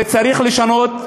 וצריך לשנות,